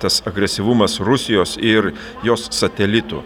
tas agresyvumas rusijos ir jos satelitų